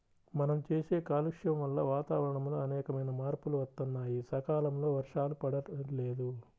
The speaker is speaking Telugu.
మనం చేసే కాలుష్యం వల్ల వాతావరణంలో అనేకమైన మార్పులు వత్తన్నాయి, సకాలంలో వర్షాలు పడతల్లేదు